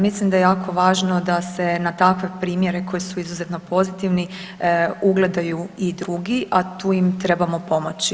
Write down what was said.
Mislim da je jako važno da se na takve primjere koji su izuzetno pozitivni ugledaju i drugi, a tu im trebamo pomoći.